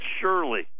surely